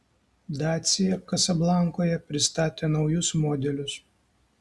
dacia kasablankoje pristatė naujus modelius